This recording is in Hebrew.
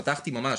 פתחתי ממש,